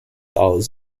hours